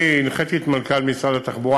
אני הנחיתי את מנכ"ל משרד התחבורה,